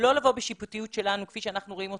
לא לבוא בשיפוטיות שלנו כפי שאנחנו רואים אותה.